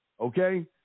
Okay